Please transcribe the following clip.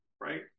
right